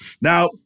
Now